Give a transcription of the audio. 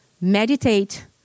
meditate